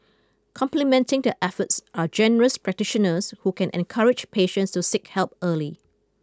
complementing their efforts are general practitioners who can encourage patients to seek help early